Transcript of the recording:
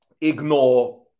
ignore